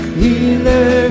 healer